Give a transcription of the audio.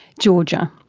georgia.